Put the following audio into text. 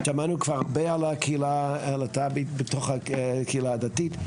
שמענו כבר הרבה על הקהילה הלהט"בית בתוך הקהילה הדתית,